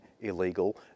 illegal